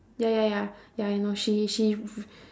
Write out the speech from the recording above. ya ya ya ya I know she she